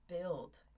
build